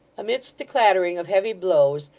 amidst the clattering of heavy blows,